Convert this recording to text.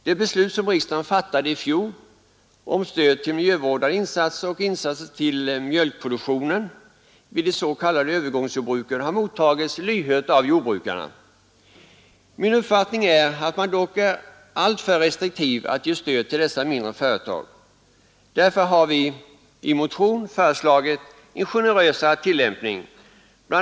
Det beslut som riksdagen fattade i fjol om stöd till miljövårdande insatser och insatser till stöd för mjölkproduktionen vid de s.k. övergångsjordbruken har mottagits lyhört av jordbrukarna. Jag anser att man är alltför restriktiv att ge stöd till dessa mindre företag. Därför har vi i motion föreslagit en generösare tillämpning. BI.